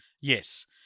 Yes